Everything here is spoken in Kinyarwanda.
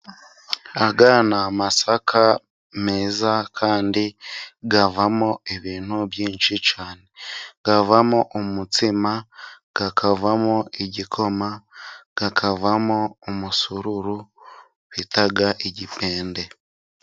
Aya ni amasaka meza kandi avamo ibintu byinshi cyane. Avamo umutsima, akavamo igikoma, akavamo umusururu bita igipende.